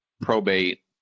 probate